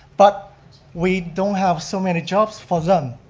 but we don't have so many jobs for them.